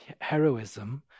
heroism